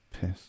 piss